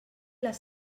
les